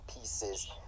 pieces